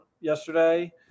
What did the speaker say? yesterday